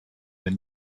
than